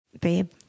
Babe